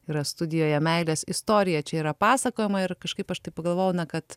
yra studijoje meilės istorija čia yra pasakojama ir kažkaip aš taip pagalvojau kad